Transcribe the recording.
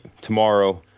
tomorrow